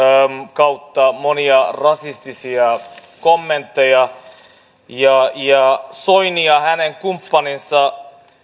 kautta monia rasistisia kommentteja soini ja hänen kumppaninsa